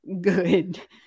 good